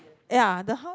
ya the house